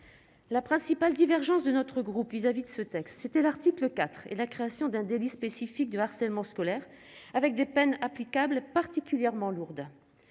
la principale divergence de notre groupe vis-à-vis de ce texte, c'était l'article IV et la création d'un délit spécifique de harcèlement scolaire avec des peines applicables particulièrement lourde,